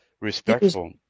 respectful